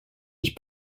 ich